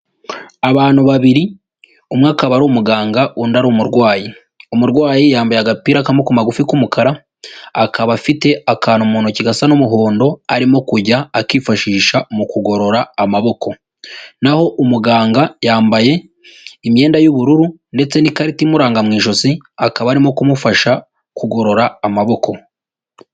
Abantu babiri umwe akaba ari umuganga undi ari umurwayi, umurwayi yambaye agapira k'amaboko magufi k'umukara, akaba afite akantu mu ntoki gasa n'umuhondo arimo kujya akifashisha mu kugorora amaboko naho umuganga yambaye imyenda y'ubururu ndetse n'ikarita imuranga mu ijosi, akaba arimo kumufasha kugorora amaboko.